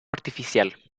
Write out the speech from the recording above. artificial